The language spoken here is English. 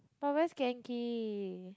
but where's Genki